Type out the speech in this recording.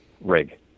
rig